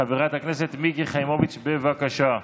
חברת הכנסת מיקי חיימוביץ', בבקשה.